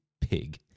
pig